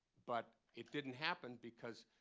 but it didn't happen because